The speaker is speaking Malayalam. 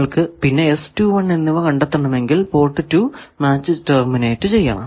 നിങ്ങൾക്കു പിന്നെ എന്നിവ കണ്ടെത്തണമെങ്കിൽ പോർട്ട് 2 മാച്ച് ടെർമിനേറ്റ് ചെയ്യണം